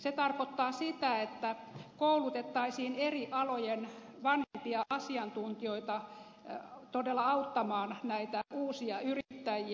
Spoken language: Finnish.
se tarkoittaa sitä että koulutettaisiin eri alojen vanhempia asiantuntijoita todella auttamaan näitä uusia yrittäjiä